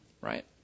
right